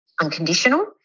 unconditional